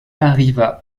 arriva